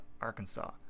Arkansas